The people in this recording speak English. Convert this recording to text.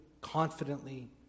confidently